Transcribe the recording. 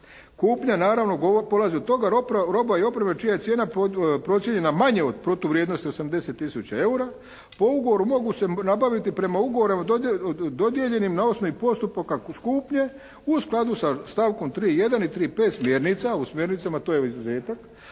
Kupnja naravno polazi od toga, roba i oprema čija je cijena procijenjena manje od protuvrijednosti 80 tisuća eura po ugovoru mogu se nabaviti prema ugovorima dodijeljenim na osnovi postupaka kupnje u skladu sa stavkom 3.1. i 3.5. smjernica. U smjernicama to je izuzetak